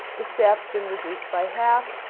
the staff's been reduced by half.